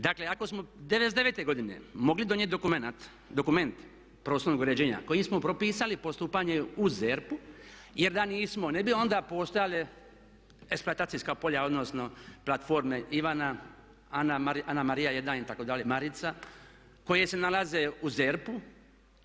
Dakle ako smo '99. godine mogli donijeti dokument prostornog uređenja kojim smo propisali postupanje u ZERP-u, jer da nismo ne bi onda postojale eksploatacijska polja, odnosno platforme Ivana, Anamarija 1 itd., Marica koje se nalaze u ZERP-u.